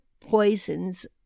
poisons